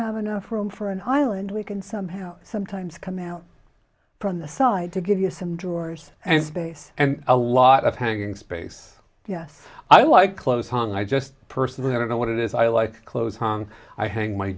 have enough room for an island we can somehow sometimes come out from the side to give you some drawers and space and a lot of hanging space i like clothes song i just personally i don't know what it is i like clothes hung i hang my